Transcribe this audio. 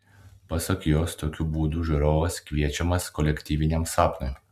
pasak jos tokiu būdu žiūrovas kviečiamas kolektyviniam sapnui